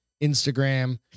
Instagram